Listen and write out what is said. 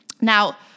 Now